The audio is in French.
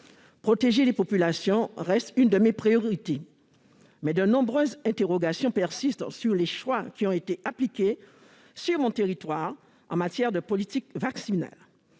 Protéger la population reste l'une de mes priorités, mais de nombreuses interrogations persistent sur les choix qui ont été appliqués dans mon territoire en matière de politique vaccinale.